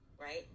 right